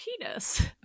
penis